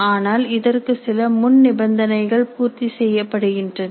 ஆனால் இதற்கு சில முன்நிபந்தனைகள் பூர்த்தி செய்யப்படுகின்றன